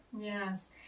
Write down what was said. Yes